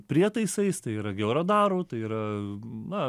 prietaisais tai yra georadaru tai yra na